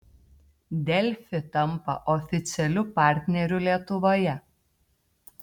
delfi tampa oficialiu partneriu lietuvoje